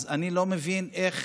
אני לא מבין איך